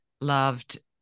loved